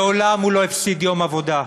מעולם הוא לא הפסיד יום עבודה,